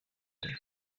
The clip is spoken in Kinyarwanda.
ubuntu